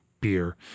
beer